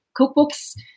cookbooks